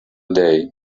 day